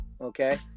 okay